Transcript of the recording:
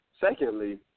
Secondly